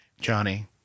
Johnny